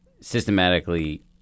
systematically